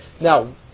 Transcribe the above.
Now